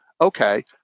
okay